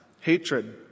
hatred